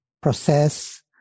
process